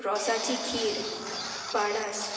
रोसाची खीर पाडास